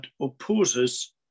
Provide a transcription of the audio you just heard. opposes